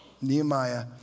Nehemiah